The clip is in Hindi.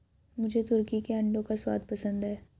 मुझे तुर्की के अंडों का स्वाद पसंद है